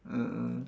ah ah